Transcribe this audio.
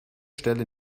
stelle